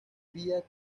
fiat